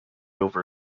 over